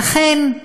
ולכן,